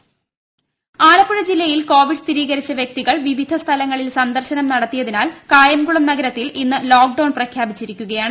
Alappuzha Covid Alappuzha ജില്ലയിൽ Covid സ്ഥിരീകരിച്ച വൃക്തികൾ വിവിധ സ്ഥലങ്ങളിൽ സന്ദർശനം നടത്തിയതിനാൽ കായംകുളം നഗരത്തിൽ ഇന്ന് ലോക് ഡൌൺ പ്രഖ്യാപിച്ചിരിക്കുകയാണ്